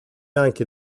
anche